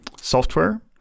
software